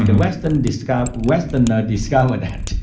and the westerner discovered westerner discovered that.